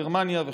גרמניה וכו'.